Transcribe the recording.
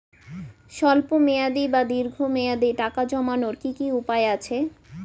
স্বল্প মেয়াদি বা দীর্ঘ মেয়াদি টাকা জমানোর কি কি উপায় আছে?